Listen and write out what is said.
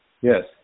Yes